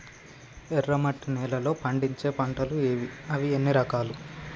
ఎర్రమట్టి నేలలో పండించే పంటలు ఏవి? అవి ఎన్ని రకాలు?